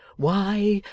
why,